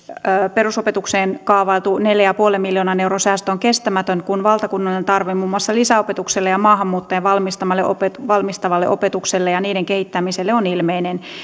perusopetukseen kaavailtu neljän pilkku viiden miljoonan euron säästö on kestämätön kun valtakunnallinen tarve muun muassa lisäopetukselle ja maahanmuuttajien valmistavalle opetukselle ja niiden kehittämiselle on ilmeinen